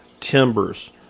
timbers